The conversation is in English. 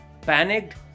panicked